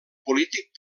polític